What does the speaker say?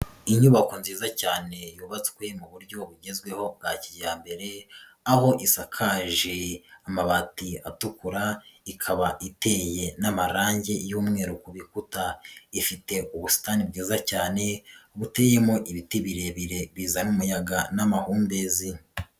Inyubako nziza cyane yubatswe mu buryo bugezweho bwa kijyambere aho isakaje amabati atukura ikaba iteye n'amarangi y'umweru ku bikuta, ifite ubusitani bwiza cyane buteyemo ibiti birebire bizana umuyaga n'amahumbezi.